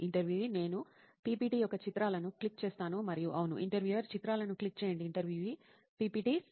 ఇంటర్వ్యూఈ నేను పిపిటి యొక్క చిత్రాలను క్లిక్ చేస్తాను మరియు అవును ఇంటర్వ్యూయర్ చిత్రాలను క్లిక్click చేయండి ఇంటర్వ్యూఈ పీపీటీస్